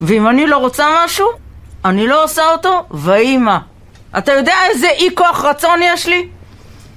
ואם אני לא רוצה משהו, אני לא עושה אותו, ויהי מה. אתה יודע איזה אי כוח רצון יש לי?